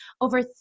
over